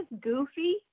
goofy